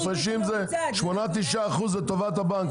ההפרשים זה 9%-8% לטובת הבנק,